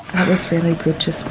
that was really good